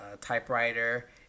typewriter